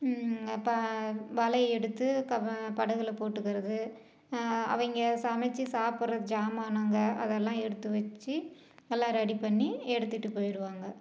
அப்போ வலையை எடுத்து க படகில் போட்டுக்கிறது அவைங்க சமைத்து சாப்பிட்ற சாமானுங்க அதெல்லாம் எடுத்து வச்சு எல்லாம் ரெடி பண்ணி எடுத்துகிட்டு போயிடுவாங்க